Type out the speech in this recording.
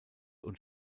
und